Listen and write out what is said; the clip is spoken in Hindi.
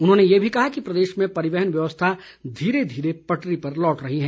उन्होंने ये भी कहा कि प्रदेश में परिवहन व्यवस्था धीरे धीरे पटरी पर लौट रही है